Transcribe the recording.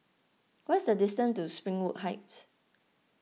what is the distance to Springwood Heights